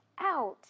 out